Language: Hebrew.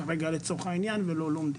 זה כרגע לצורך העניין ולא לומדים.